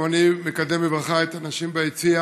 גם אני מקדם בברכה את הנשים ביציע